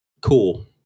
cool